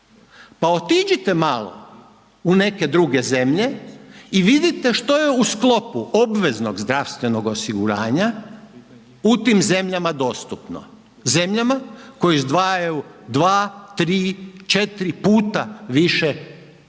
pa otiđite malo u neke druge zemlje i vidite što je u sklopu obveznog zdravstvenog osiguranja u tim zemljama dostupno, zemljama koje izdvajaju dva, tri, četiri puta više nego